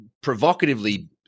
provocatively